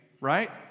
right